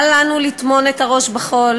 אל לנו לטמון את הראש בחול